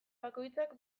bakoitzak